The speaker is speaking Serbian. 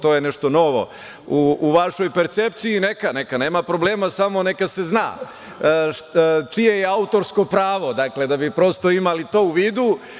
To je nešto novo u vašoj percepciji i neka, nema problema, ali samo neka se zna čije je autorsko pravo, dakle, da bi prosto imali to u vidu.